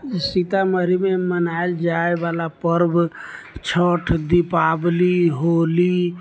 सीतामढ़ीमे मनाइल जाइवला पर्ब छठ दीपावली होली